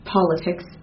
politics